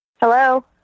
Hello